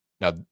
Now